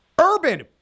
Urban